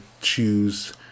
choose